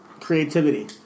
creativity